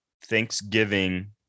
Thanksgiving